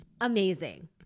amazing